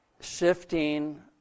shifting